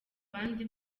bandi